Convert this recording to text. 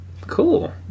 cool